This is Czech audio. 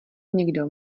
někdo